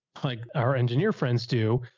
like our engineer friends do.